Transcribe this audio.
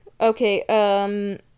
Okay